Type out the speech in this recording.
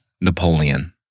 Napoleon